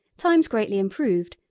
times greatly improved,